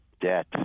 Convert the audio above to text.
debt